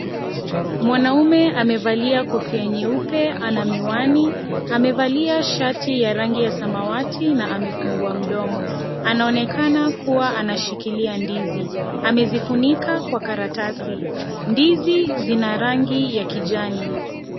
Mwanaume amevalia kofia nyeupe ana miwani, amevalia shqti ya rangi ya samawati na amefungua mdomo, anaonekana kuwa anashikilia ndizi, amezifunika kwa karatasi, ndizi zina rangi ya kijani.